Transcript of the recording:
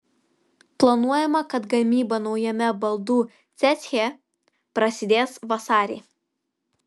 planuojama kad gamyba naujame baldų ceche prasidės vasarį